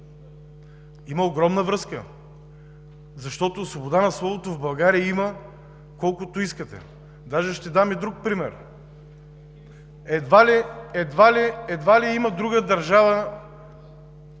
Има огромна връзка, защото свобода на словото в България има колкото искате. Ще дам и друг пример: едва ли има друга държава